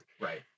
Right